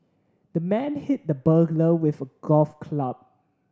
the man hit the burglar with a golf club